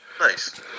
Nice